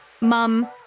Mom